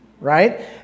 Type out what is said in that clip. right